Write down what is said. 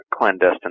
clandestine